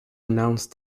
announced